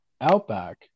Outback